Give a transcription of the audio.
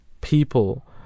people